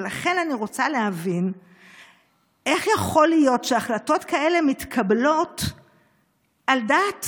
ולכן אני רוצה להבין איך יכול להיות שהחלטות כאלה מתקבלות על דעת